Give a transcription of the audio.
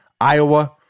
Iowa